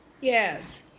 Yes